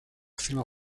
firma